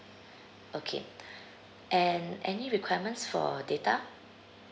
okay and any requirements for data